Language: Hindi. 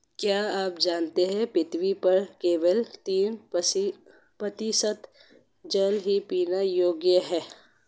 क्या आप जानते है पृथ्वी पर केवल तीन प्रतिशत जल ही पीने योग्य है?